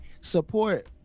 support